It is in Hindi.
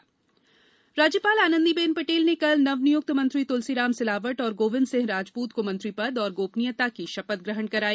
मंत्री शपथ राज्यपाल श्रीमती आनंदीबेन पटेल ने कल नवनियुक्त मंत्री तुलसीराम सिलावट और गोविंद सिंह राजपूत को मंत्री पद एवं गोपनीयता की शपथ ग्रहण कराई